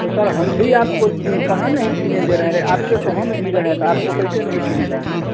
तो सर हम भी आपको जीन कहाँ नहीं जीने दे रहें रहे आपसे तो हम जी रहें तो आपको कैसे नहीं जीने देंगे